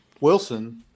Wilson